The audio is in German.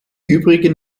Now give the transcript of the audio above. übrigen